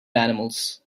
animals